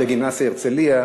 בגימנסיה "הרצלייה",